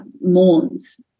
mourns